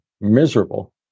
miserable